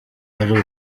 ari